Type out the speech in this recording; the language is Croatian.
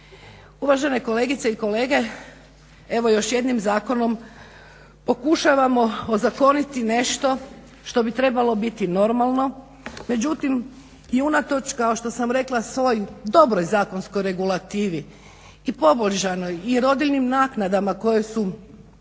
Uvažene kolegice i kolege, evo još jednim zakonom pokušavamo ozakoniti nešto što bi trebalo biti normalno. Međutim, i unatoč kao što sam rekla svoj dobroj zakonskoj regulativi i poboljšanoj i rodiljnim naknadama koje su,